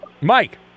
Mike